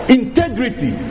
integrity